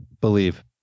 Believe